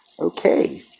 Okay